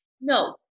No